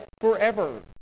forever